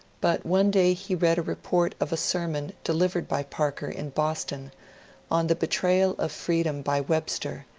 but one day he read a report of a sermon delivered by parker in boston on the betrayal of freedom by webster,